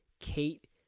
Kate